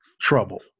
trouble